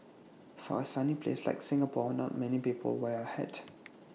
for A sunny place like Singapore not many people wear A hat